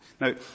Now